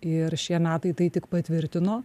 ir šie metai tai tik patvirtino